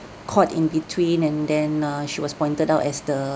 caught in between and then uh she was pointed out as the